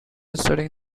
studying